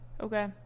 Okay